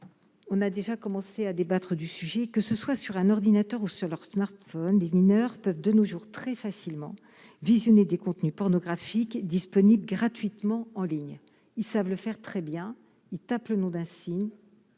On a déjà commencé à débattre du sujet que ce soit sur un ordinateur ou sur leur smartphone des mineurs peuvent, de nos jours, très facilement, visionner des contenus pornographiques disponible gratuitement en ligne, ils savent le faire très bien il tape le nom d'un signe.